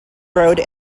road